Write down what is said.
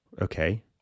okay